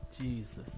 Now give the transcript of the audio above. Jesus